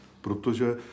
protože